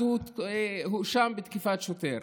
אז הוא הואשם בתקיפת שוטר.